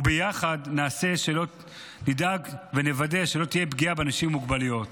וביחד נדאג ונוודא שלא תהיה פגיעה באנשים עם מוגבלויות,